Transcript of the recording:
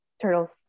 turtle's